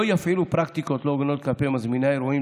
לא יפעילו פרקטיקות לא הוגנות כלפי מזמיני האירועים,